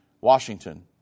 Washington